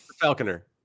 Falconer